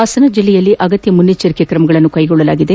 ಹಾಸನ ಜಲ್ಲೆಯಲ್ಲಿ ಆಗತ್ಯ ಮುನ್ನೆಚ್ಚರಿಕೆ ತ್ರಮಗಳನ್ನು ಕೈಗೊಳ್ಳಲಾಗಿದೆ